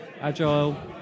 agile